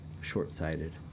Short-sighted